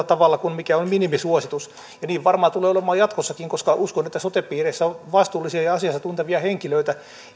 tavalla kuin mikä on minimisuositus ja niin varmaan tulee olemaan jatkossakin koska uskon että sote piireissä on vastuullisia ja asiansa tuntevia henkilöitä